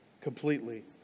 Completely